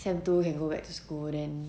siam too can go back to school then